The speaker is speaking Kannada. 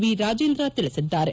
ವಿ ರಾಜೇಂದ್ರ ತಿಳಿಸಿದ್ದಾರೆ